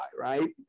right